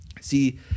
See